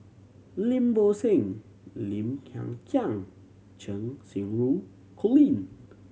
Lim Bo Seng Lim Hng Kiang Cheng Xinru Colin